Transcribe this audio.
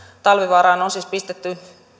talvivaaraan on siis pistetty